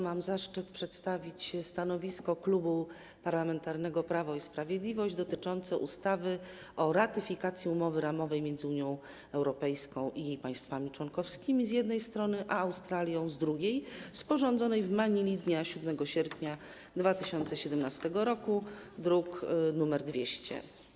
Mam zaszczyt przedstawić stanowisko Klubu Parlamentarnego Prawo i Sprawiedliwość dotyczące ustawy o ratyfikacji Umowy ramowej między Unią Europejską i jej państwami członkowskimi, z jednej strony, a Australią, z drugiej, sporządzonej w Manili dnia 7 sierpnia 2017 r., druk nr 200.